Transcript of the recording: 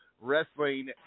Wrestling